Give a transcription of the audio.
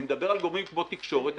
אני מדבר על גורמים כמו תקשורת,